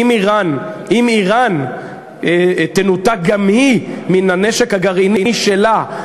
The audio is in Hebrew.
שאם איראן תנותק גם היא מן הנשק הגרעיני שלה,